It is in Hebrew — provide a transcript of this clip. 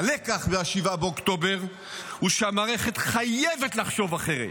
הלקח מ-7 באוקטובר הוא שהמערכת חייבת לחשוב אחרת,